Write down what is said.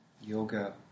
yoga